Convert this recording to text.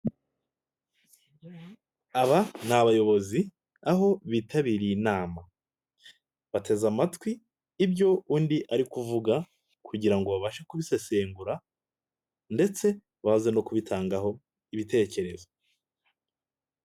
Aaba ni abayobozi aho bitabiriye inama. Bateze amatwi ibyo undi ari kuvuga kugira ngo babashe kubisesengura ndetse baze no kubitangaho ibitekerezo.